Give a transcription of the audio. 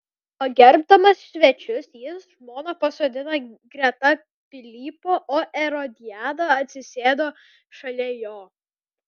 pagerbdamas svečius jis žmoną pasodino greta pilypo o erodiadą atsisėdo šalia jo